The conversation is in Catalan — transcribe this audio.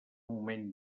moment